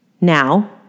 now